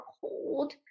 cold